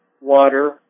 water